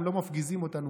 הם לא מפגיזים אותנו,